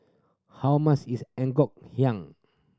how muss is Ngoh Hiang